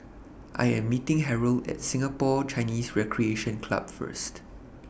I Am meeting Harrold At Singapore Chinese Recreation Club First